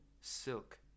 silk